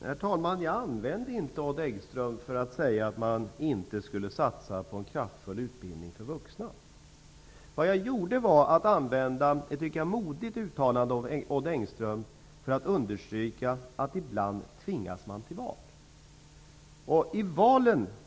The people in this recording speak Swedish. Herr talman! Jag använde inte exemplet med Odd Engström för att säga att man inte skall satsa på en kraftfull utbildning för vuxna. Vad jag gjorde var att använda ett i mitt tycke modigt uttalande av Odd Engström för att understryka att man ibland tvingas till val.